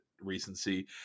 recency